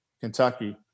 Kentucky